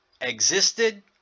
existed